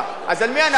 אז על מי אנחנו עובדים?